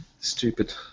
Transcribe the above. stupid